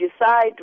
decide